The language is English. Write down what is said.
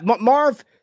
Marv